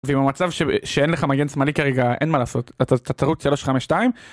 ועם המצב שאין לך מגן שמאלי כרגע אין מה לעשות, אתה תרוץ 3-5-2